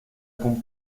con